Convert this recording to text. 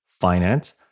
finance